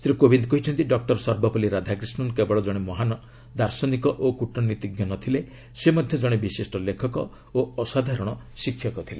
ଶ୍ରୀ କୋବିନ୍ଦ କହିଛନ୍ତି ଡକ୍ଟର ସର୍ବପଲ୍ଲୀ ରାଧାକ୍ରିଷ୍ଣନ୍ କେବଳ କଣେ ମହାନ ଦାର୍ଶନୀକ ଓ କ୍ରଟନୈତିଜ୍ଞ ନ ଥିଲେ ସେ ମଧ୍ୟ ଜଣେ ବିଶିଷ୍ଟ ଲେଖକ ଓ ଅସାଧାରଣ ଶିକ୍ଷକ ଥିଲେ